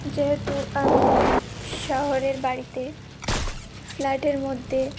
যেহেতু আমি শহরের বাড়িতে ফ্ল্যাটের মধ্যে